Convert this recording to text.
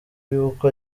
y’uko